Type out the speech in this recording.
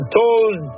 told